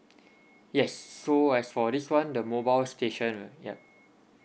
yes so as for this [one] the mobile station ah yup